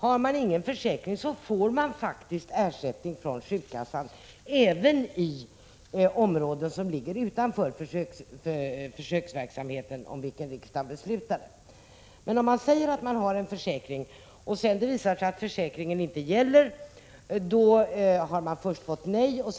Har man ingen försäkring får man faktiskt ersättning från sjukkassan även i områden utanför de områden som omfattas av försöksverksamheten, om vilka riksdagen beslutat. Men om man säger att man har en försäkring och det senare visar sig att försäkringen inte gäller, då har man redan hunnit få avslag.